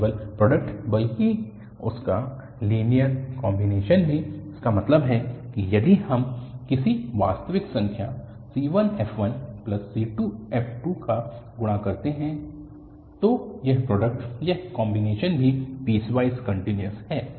न केवल प्रोडक्ट बल्कि उनका लीनियर कॉम्बीनेशन भी इसका मतलब है कि यदि हम किसी वास्तविक संख्या c1f1c2f2 का गुणा करते हैं से तो यह प्रोडक्ट यह कॉम्बीनेशन भी पीसवाइस कन्टिन्यूअस है